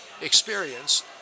experience